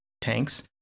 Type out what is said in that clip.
tanks